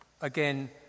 again